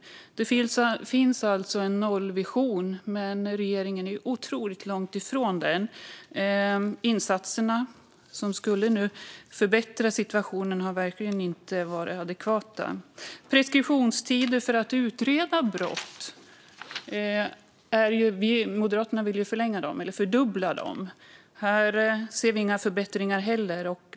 Det finns alltså en nollvision. Men regeringen är otroligt långt ifrån den. De insatser som skulle förbättra situationen har verkligen inte varit adekvata. Moderaterna vill fördubbla preskriptionstiderna för att utreda brott. Här ser vi inte heller några förbättringar.